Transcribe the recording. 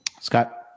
Scott